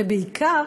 ובעיקר,